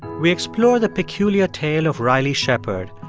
we explore the peculiar tale of riley shepard,